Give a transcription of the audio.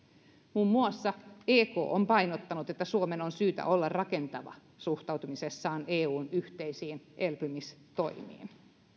muun muassa ek on painottanut että suomen on syytä olla rakentava suhtautumisessaan eun yhteisiin elpymistoimiin